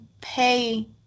pay